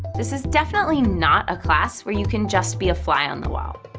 this is definitely not a class where you can just be a fly on the wall.